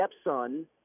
stepson